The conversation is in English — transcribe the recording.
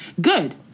good